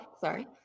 sorry